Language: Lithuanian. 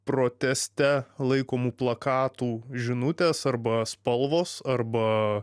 proteste laikomų plakatų žinutės arba spalvos arba